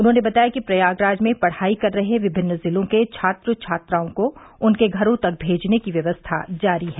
उन्होंने बताया कि प्रयागराज में पढ़ाई कर रहे विभिन्न जिलों के छात्र छात्राओं को उनके घरों तक भेजने की व्यवस्था जारी है